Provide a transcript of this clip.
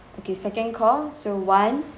okay second call so one